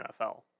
NFL